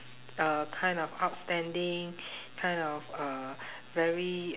s~ k~ uh kind of outstanding kind of uh very